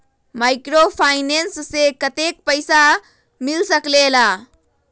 Microfinance से कतेक पैसा मिल सकले ला?